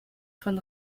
von